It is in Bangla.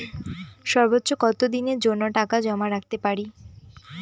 সর্বোচ্চ কত দিনের জন্য টাকা জমা রাখতে পারি?